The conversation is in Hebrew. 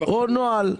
או נוהל.